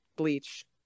Bleach